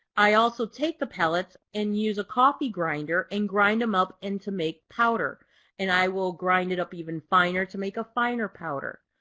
i also take the pellets and use a coffee grinder and grind them up and to make powder and i will grind it up even finer to make a finer powder.